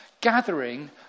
gathering